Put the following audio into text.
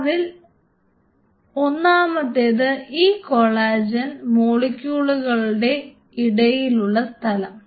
അതിൽ ഒന്നാമത്തേത് ഈ കൊളാജൻ മോളിക്യൂളുകളുടെ ഇടയിലുള്ള സ്ഥലം